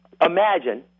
Imagine